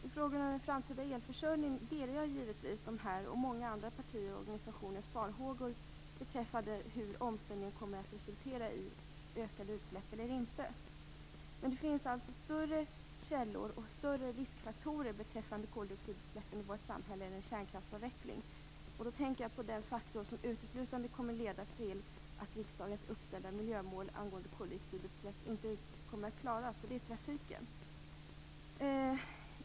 I frågan om den framtida elförsörjningen delar jag givetvis dessa partiers och många andra partiers och organisationers farhågor för att omställningen kommer att resultera i ökade utsläpp. Men det finns större källor och större riskfaktorer när det gäller koldioxidutsläppen i vårt samhälle än en kärnkraftsavveckling. Då tänker jag på den faktor som uteslutande kommer att leda till att riksdagens uppställda miljömål för koldioxidutsläpp inte kommer att klaras, och det är trafiken.